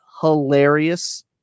hilarious